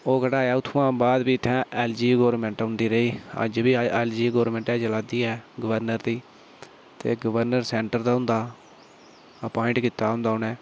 ओह् कटाया फ्ही ओह्दे बाद इत्थै एल जी दी गोरमैंट होंदी रेही अज्ज बी एल जी दी गोरमैंट गै चला दी गर्वनर दी ते गर्वरनर सैंटर दा होंदा अपॉईंट कीते दा होंदा उन्नै